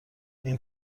این